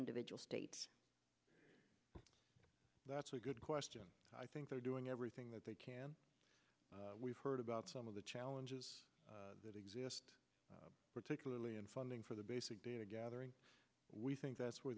individual state that's a good question i think they're doing everything that they can we've heard about some of the challenges that exist particularly in funding for the basic data gathering we think that's where